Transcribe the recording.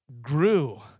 grew